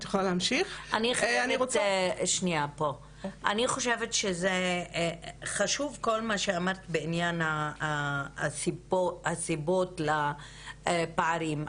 אני חושבת שזה חשוב כל מה שאמרת בעניין הסיבות לפערים,